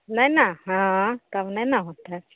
नै नऽ हँ तब नै नऽ होतै